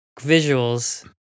visuals